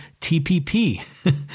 TPP